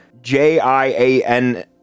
J-I-A-N